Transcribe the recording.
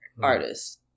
artist